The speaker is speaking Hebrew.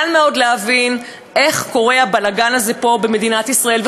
קל מאוד להבין איך קורה הבלגן הזה פה במדינת ישראל.